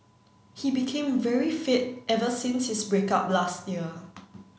he became very fit ever since his break up last year